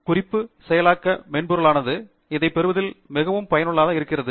குறிப்பு செயலாக்க மென்பொருளானது இதைப் பெறுவதில் மிகவும் பயனுள்ளதாக இருக்கிறது